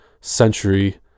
century